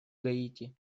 гаити